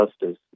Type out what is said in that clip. justice